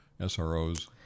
SROs